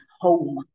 home